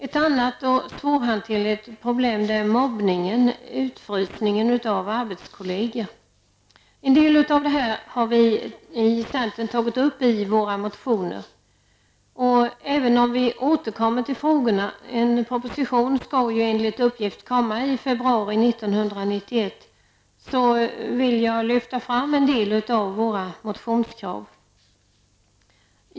Ett annat svårhanterligt problem är mobbningen; En del av detta har vi i centern tagit upp i våra motioner. Även om vi återkommer till frågorna -- en proposition skall enligt uppgift komma i februari 1991 -- vill vi lyfta fram en del av våra motionskrav.